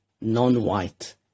non-white